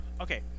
Okay